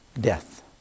death